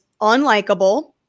unlikable